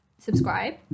subscribe